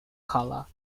color